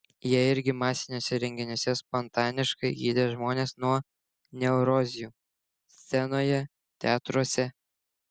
jie irgi masiniuose renginiuose spontaniškai gydė žmonės nuo neurozių scenoje teatruose